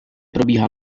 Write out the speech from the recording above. probíhá